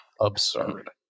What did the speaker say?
absurd